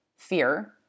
fear